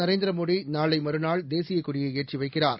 நரேந்திர மோடி நாளை மறுநாள் தேசியக் கொடியை ஏற்றி வைக்கிறார்